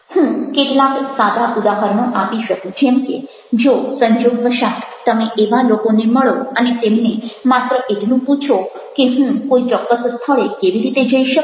હું કેટલાક સાદા ઉદાહરણો આપી શકું જેમકે જો સંજોગવશાત્ તમે આવા લોકોને મળો અને તેમને માત્ર એટલું પૂછો કે હું કોઇ ચોક્કસ સ્થળે કેવી રીતે જઈ શકું